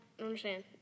understand